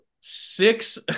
six